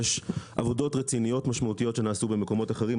יש עבודות רציניות ומשמעותיות שנעשו במקומות אחרים.